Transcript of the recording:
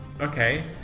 Okay